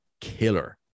killer